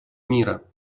мира